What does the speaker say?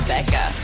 Becca